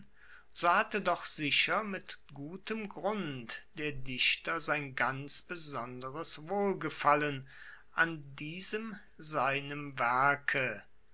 so hatte doch sicher mit gutem grund der dichter sein ganz besonderes wohlgefallen an diesem seinem werke